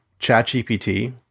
ChatGPT